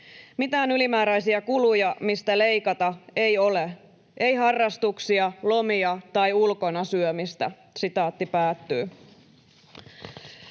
Mitään ylimääräisiä kuluja, mistä leikata, ei ole, ei harrastuksia, lomia tai ulkona syömistä.” ”Asun